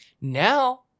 Now